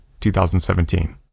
2017